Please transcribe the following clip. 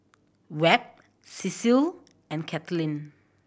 Webb Cecil and Katelynn